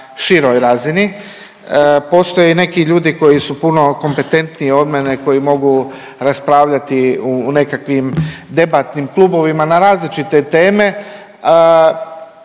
na široj razini. Postoje neki ljudi koji su puno kompetentniji od mene koji mogu raspravljati u nekakvim debatnim klubovima na različite teme.